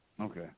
Okay